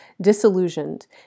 disillusioned